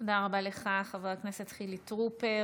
תודה רבה לך, חבר הכנסת חילי טרופר.